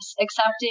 accepting